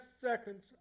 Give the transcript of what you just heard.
seconds